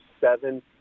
seven